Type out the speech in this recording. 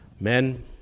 men